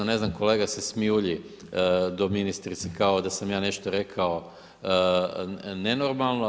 Ne znam, kolega se smijulji do ministrice kao da sam ja nešto rekao nenormalno.